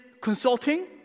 consulting